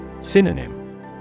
Synonym